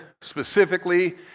specifically